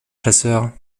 chasseur